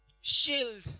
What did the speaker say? Shield